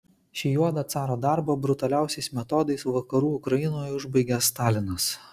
šį juodą caro darbą brutaliausiais metodais vakarų ukrainoje užbaigė stalinas